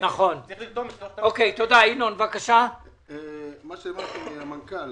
המנכ"ל